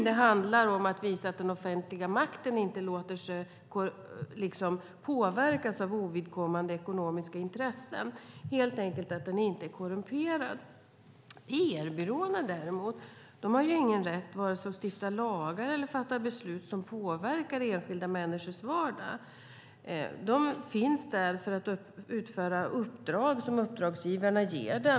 Det handlar om att visa att den offentliga makten inte låter sig påverkas av ovidkommande ekonomiska intressen - helt enkelt att den inte är korrumperad. PR-byråerna däremot har ingen rätt att vare sig stifta lagar eller fatta beslut som påverkar enskilda människors vardag. De finns där för att utföra uppdrag som uppdragsgivarna ger dem.